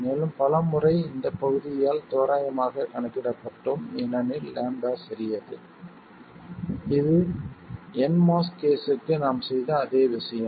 மேலும் பல முறை இந்த பகுதியால் தோராயமாக கணக்கிடப்பட்டோம் ஏனெனில் λ சிறியது இது nMOS கேஸுக்கு நாம் செய்த அதே விஷயம்